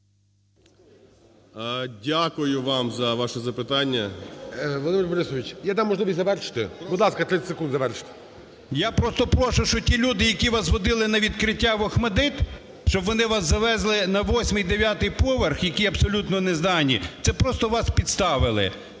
Дякую вам за ваше запитання. ГОЛОВУЮЧИЙ. Володимир Борисович, я дам можливість завершити. Будь ласка, 30 секунд завершити. ШУРМА І.М. Я просто прошу, що ті люди, які вас води на відкриття в "ОХМАТДИТ", щоб вони вас завезли на 8-9 поверх, які абсолютно не здані, це просто вас підставили.